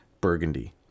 burgundy